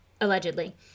allegedly